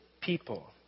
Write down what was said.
people